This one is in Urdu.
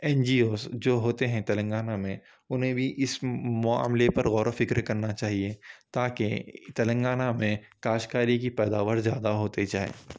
این جی اوز جو ہوتے ہیں تلنگانہ میں انہیں بھی اس معاملے پر غور و فکر کرنا چاہیے تاکہ تلنگانہ میں کاشتکاری کی پیداوار زیادہ ہوتی جائے